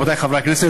רבותי חברי הכנסת,